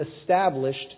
established